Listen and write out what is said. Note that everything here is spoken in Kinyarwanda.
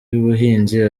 y’ubuhinzi